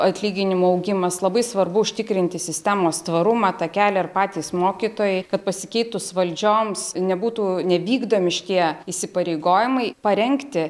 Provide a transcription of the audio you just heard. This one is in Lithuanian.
atlyginimų augimas labai svarbu užtikrinti sistemos tvarumą tą kelią ir patys mokytojai kad pasikeitus valdžioms nebūtų nevykdomi šitie įsipareigojimai parengti